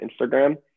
Instagram